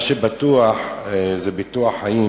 מה שבטוח זה ביטוח חיים.